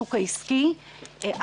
מהשוק העסקי שפנו אליי,